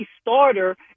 starter